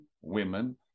women